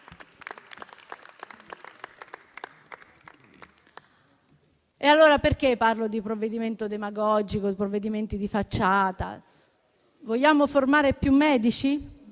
E allora perché parlo di provvedimento demagogico e di facciata? Vogliamo formare più medici,